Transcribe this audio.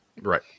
Right